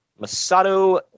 Masato